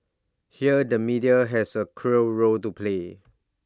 here the media has A crucial role to play